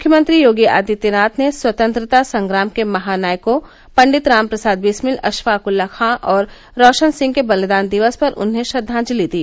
मुख्यमंत्री योगी आदित्यनाथ ने स्वतंत्रता संग्राम के महानायकों पंडित राम प्रसाद बिस्मिल अश्रफाक उल्ला खां और रोशन सिंह के बलिदान दिवस पर उन्हें श्रद्वांजलि दी